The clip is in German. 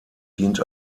dient